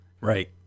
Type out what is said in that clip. Right